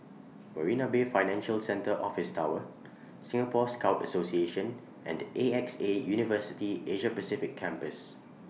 Marina Bay Financial Centre Office Tower Singapore Scout Association and A X A University Asia Pacific Campus